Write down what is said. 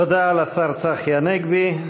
תודה לשר צחי הנגבי.